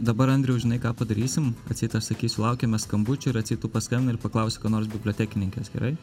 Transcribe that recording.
dabar andriau žinai ką padarysim atseit aš sakysiu laukiame skambučių ir atseit tu paskambini ir paklausi ko nors bibliotekininkės gerai